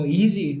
easy